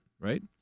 right